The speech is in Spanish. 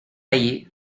ahí